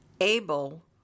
Abel